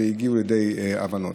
והגיעו לידי הבנות.